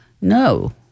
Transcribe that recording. No